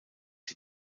die